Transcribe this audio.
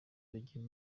bagiye